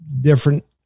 different